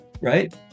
right